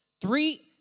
Three